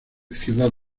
ciudad